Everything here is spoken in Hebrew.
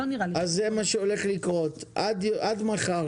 עד מחר